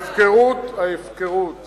ההפקרות, ההפקרות